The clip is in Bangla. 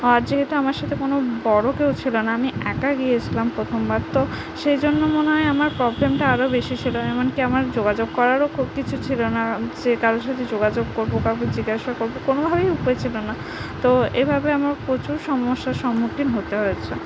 আর যেহেতু আমার সাথে কোনও বড় কেউ ছিল না আমি একা গিয়েছিলাম প্রথমবার তো সেই জন্য মনে হয় আমার প্রবলেমটা আরও বেশি ছিল এমনকি আমার যোগাযোগ করারও খুব কিছু ছিল না যে কারও সাথে যোগাযোগ করবো কাউকে জিজ্ঞাসা করবো কোনোভাবেই উপায় ছিল না তো এভাবে আমার প্রচুর সমস্যার সম্মুখীন হতে হয়েছে